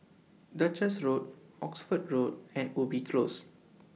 Duchess Road Oxford Road and Ubi Close